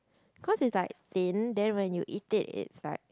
cause it's like thin then when you eat it it's like